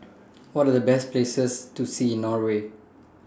What Are The Best Places to See in Norway